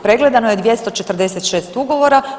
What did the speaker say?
Pregledano je 246 ugovora.